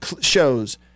shows